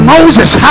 Moses